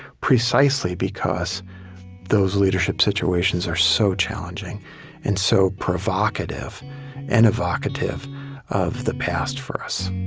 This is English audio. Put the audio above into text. precisely because those leadership situations are so challenging and so provocative and evocative of the past, for us